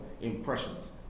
impressions